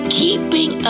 keeping